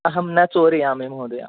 अहं न चोरयामि महोदया